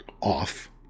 off